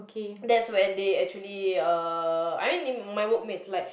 that's when they actually uh I mean like my work mates like